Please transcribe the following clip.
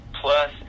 plus